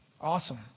Awesome